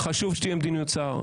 חשוב שתהיה מדיניות שר,